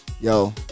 Yo